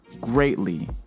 greatly